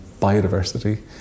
biodiversity